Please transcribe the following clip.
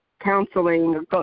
counseling